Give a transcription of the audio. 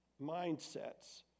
mindsets